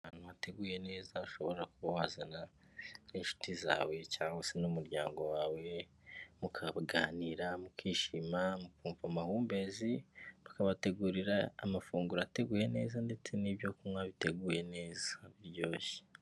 Ahantu hateguye neza hashobora kuzana n'inshuti zawe cyangwa se n'umuryango wawe, mukaganira, mukishima, mukumva amahumbezi, bakabategurira amafunguro ateguye neza, ndetse n'ibyo kunywa biteguye neza biryoshye.